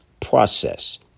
process